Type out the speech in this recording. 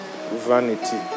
Vanity